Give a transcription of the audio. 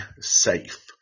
safe